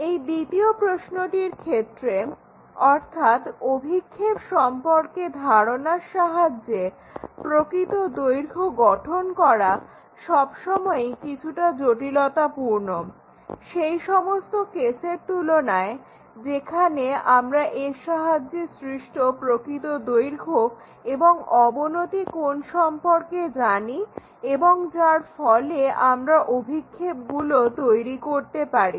এই দ্বিতীয় প্রশ্নটির ক্ষেত্রে অর্থাৎ অভিক্ষেপ সম্পর্কে ধারণার সাহায্যে প্রকৃত দৈর্ঘ্য গঠন করা সবসময়ই কিছুটা জটিলতাপূর্ণ সেই সমস্ত কেসের তুলনায় যেখানে আমরা এর দ্বারা সৃষ্ট প্রকৃত দৈর্ঘ্য এবং অবনতি কোণ সম্পর্কে জানি এবং যার ফলে আমরা অভিক্ষেপগুলো তৈরি করতে পারি